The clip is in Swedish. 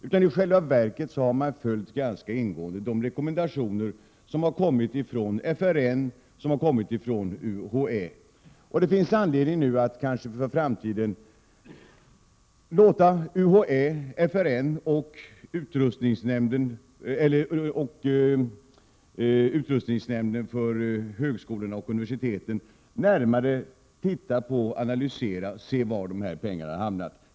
I själva verket har man ganska ingående följt de rekommendationer som har kommit från FRN och UHÄ. Det finns kanske anledning att för framtiden låta UHÄ, FRN och utrustningsnämnden för universitet och högskolor närmare analysera och se efter var pengarna har hamnat.